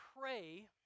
pray